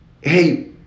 hey